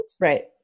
Right